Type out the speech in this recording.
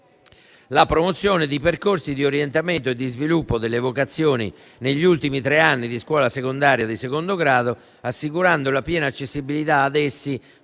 la promozione di percorsi di orientamento e di sviluppo delle vocazioni negli ultimi tre anni di scuola secondaria di secondo grado, assicurando la piena accessibilità ad essi